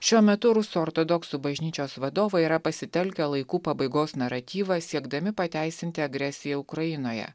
šiuo metu rusų ortodoksų bažnyčios vadovai yra pasitelkę laikų pabaigos naratyvą siekdami pateisinti agresiją ukrainoje